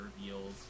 reveals